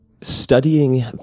studying